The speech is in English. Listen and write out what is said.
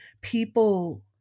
people